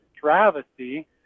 travesty